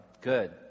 good